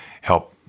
help